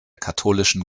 katholischen